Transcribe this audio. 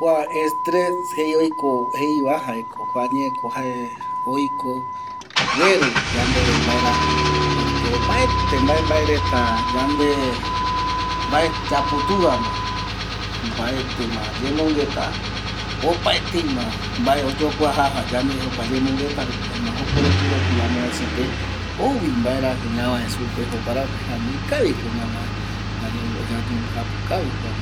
Kua estres jeiva jaeko kuae ñeko jae oiko gueru mbaerajɨ porque opaete mbae mabe reta yande yaputuama mbaetɨma yembongueta opaeteima mbae oyembo kuajaja yande jokua yembo mbongueta rupi jaema jokoropi ropi amovecepe oimevi mbaerajɨ ñavae jokoropi ikaviko yaikuavi